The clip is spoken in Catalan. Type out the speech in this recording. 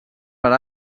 per